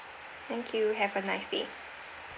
thank you have a nice day